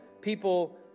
people